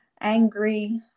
angry